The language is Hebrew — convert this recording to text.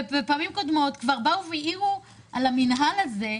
ובפעמים קודמות כבר העירו על המינהל הזה,